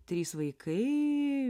trys vaikai